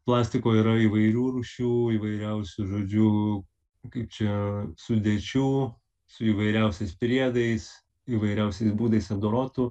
plastiko yra įvairių rūšių įvairiausių žodžiu kaip čia sudėčių su įvairiausiais priedais įvairiausiais būdais apdorotų